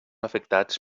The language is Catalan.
afectats